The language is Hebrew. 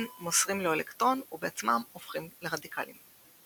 מוסרים לו אלקטרון ובעצמם הופכים לרדיקלים.